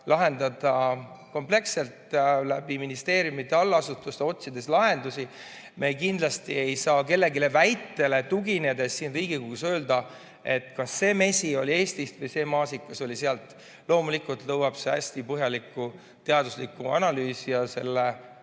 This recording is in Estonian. lahendada kompleksselt, ministeeriumide allasutuste kaudu, otsides lahendusi. Me kindlasti ei saa kellegi väitele tuginedes siin Riigikogus öelda, kas see mesi oli Eestist või see maasikas oli sealt. Loomulikult nõuab see hästi põhjalikku teaduslikku analüüsi ja